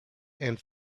and